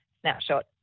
snapshot